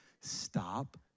stop